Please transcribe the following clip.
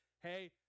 hey